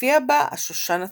מופיע בה השושן הצחור.